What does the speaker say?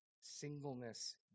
singleness